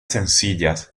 sencillas